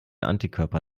antikörper